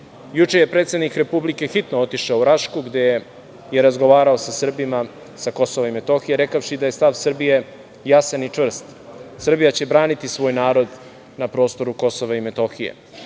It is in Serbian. Juče je predsednik Republike hitno otišao u Rašku gde je razgovarao sa Srbima sa KiM, rekavši da je stav Srbije jasan i čvrst. Srbija će braniti svoj narod na prostoru KiM.Mi